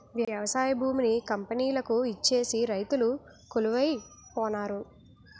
వ్యవసాయ భూమిని కంపెనీలకు ఇచ్చేసి రైతులు కొలువై పోనారు